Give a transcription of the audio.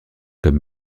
comme